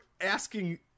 asking